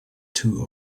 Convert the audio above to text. two